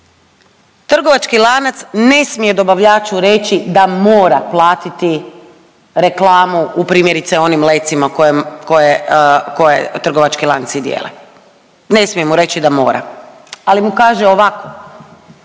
Trgovački lanac ne smije dobavljaču reći da mora platiti reklamu u primjerice onim lecima koje, koje trgovački lanci dijele. Ne smije mu reći da mora, ali mu kaže ovako,